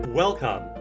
Welcome